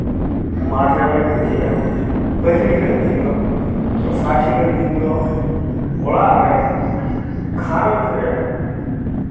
ᱢᱟᱴᱷ ᱨᱮᱞᱮ ᱯᱩᱡᱟᱹᱭᱟ ᱯᱟᱹᱦᱤᱞ ᱦᱤᱞᱳᱜ ᱫᱤᱱ ᱫᱚ ᱫᱚᱥᱟᱨ ᱦᱤᱞᱳᱜ ᱫᱤᱱ ᱫᱚ ᱚᱲᱟᱜ ᱨᱮ ᱜᱷᱟᱨᱚᱸᱡᱽ ᱨᱮ